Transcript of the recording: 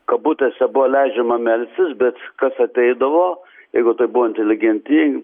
kabutėse buvo leidžiama melstis bet kas ateidavo jeigu tai buvo inteligentij